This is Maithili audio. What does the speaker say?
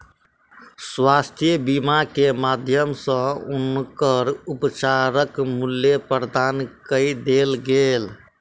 स्वास्थ्य बीमा के माध्यम सॅ हुनकर उपचारक मूल्य प्रदान कय देल गेल